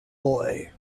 boy